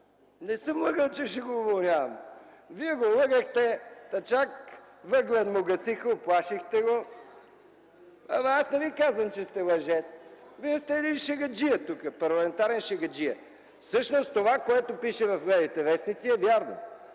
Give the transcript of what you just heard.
Не съм лъгал, че ще го уволнявам! Вие го лъгахте, та чак въглен му гасиха! Уплашихте го! Но аз не Ви казвам, че сте лъжец. Вие сте един шегаджия тук, парламентарен шегаджия. Всъщност, това което пише в левите вестници е вярно.